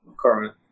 current